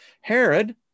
Herod